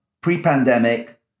pre-pandemic